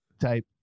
type